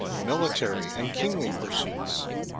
military and kingly pursuits,